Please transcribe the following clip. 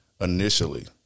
initially